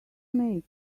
make